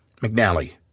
McNally